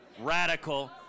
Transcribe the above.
radical